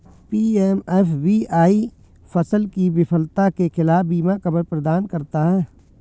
PMFBY फसल की विफलता के खिलाफ बीमा कवर प्रदान करता है